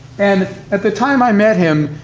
and at the time i met him,